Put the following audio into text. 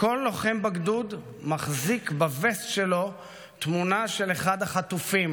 כל לוחם בגדוד מחזיק בווסט שלו תמונה של אחד החטופים,